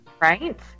Right